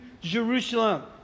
Jerusalem